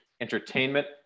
entertainment